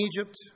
Egypt